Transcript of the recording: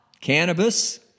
cannabis